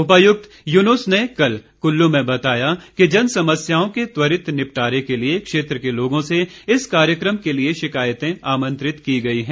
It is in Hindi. उपायुक्त युनुस ने कल कुल्लू में बताया कि जन समस्याओं के त्वरित निपटारे के लिए क्षेत्र के लोगों से इस कार्यक्रम के लिए शिकायतें आमंत्रित की गई हैं